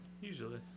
Usually